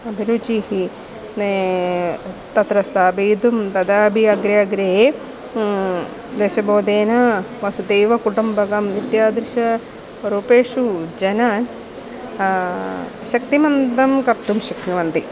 अभिरुचिः ने तत्र स्थापयितुं तदापि अग्रे अग्रे दशबोधेन वसुधैवकुटुम्बकम् इत्यादृश रूपेषु जन शक्तिमन्तं कर्तुं शक्नुवन्ति